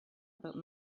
about